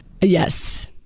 Yes